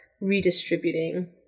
redistributing